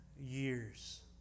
years